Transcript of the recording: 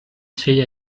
say